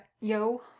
yo